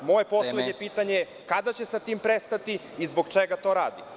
Moje poslednje pitanje je kada će sa tim prestati i zbog čega to radi?